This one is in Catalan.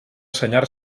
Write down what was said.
senyar